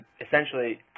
essentially